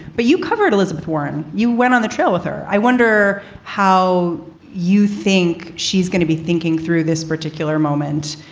but you covered elizabeth warren. you went on the trail with her. i wonder how you think she's going to be thinking through this particular moment,